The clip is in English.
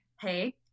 Hey